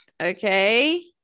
Okay